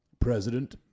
President